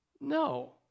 No